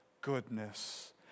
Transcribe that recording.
goodness